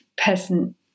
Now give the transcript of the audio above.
peasant